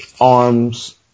arms